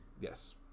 yes